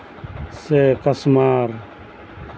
ᱥᱮ ᱠᱟᱥᱢᱟᱨ